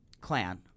clan